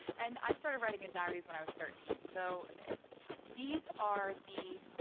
and i started writing in diaries when i was thirteen. so these are the.